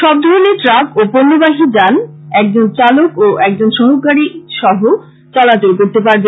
সবধরণের truck ও পণ্যবাহী যান একজন চালক ও একজন সহকারী সহ চলাচল করতে পারবে